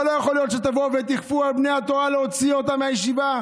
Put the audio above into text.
אבל לא יכול להיות שתבואו ותכפו על בני התורה להוציא אותם מהישיבה.